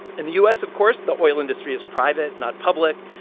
in the u s, of course, the oil industry is private, not public.